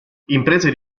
imprese